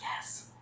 Yes